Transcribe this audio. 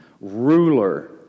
ruler